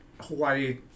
Hawaii